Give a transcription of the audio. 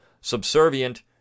subservient